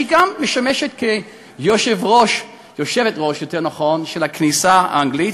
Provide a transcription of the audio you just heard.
שהיא גם משמשת ראש הכנסייה האנגלית,